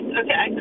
okay